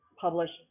published